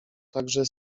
także